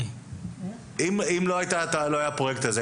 אם לא היה הפרוייקט הזה,